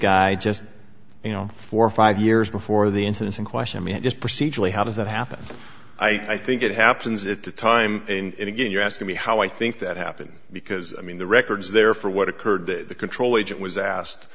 guy just you know four or five years before the incident in question i mean just procedurally how does that happen i think it happens at the time and again you're asking me how i think that happen because i mean the records there for what occurred the control agent was